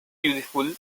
useful